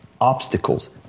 obstacles